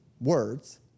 words